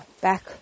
back